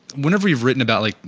whenever you've written about like,